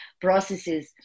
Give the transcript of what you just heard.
processes